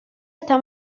está